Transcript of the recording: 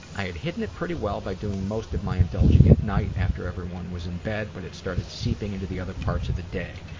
i had hidden it pretty well by doing most of my indulging at night after everyone was in bed but it started seeping into the other parts of the day.